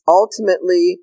ultimately